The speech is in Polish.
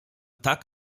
tak